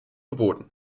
verboten